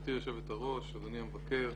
גברתי יושבת הראש, אדוני המבקר,